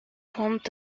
pont